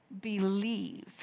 believe